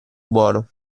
buono